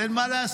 אין מה לעשות,